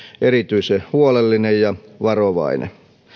erityisen huolellinen ja varovainen